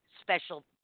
special